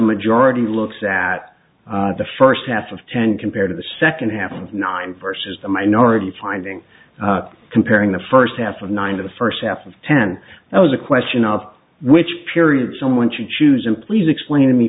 majority looks at the first half of ten compared to the second half of nine versus the minority timing comparing the first half of nine to the first half of ten it was a question of which period someone should choose and please explain to me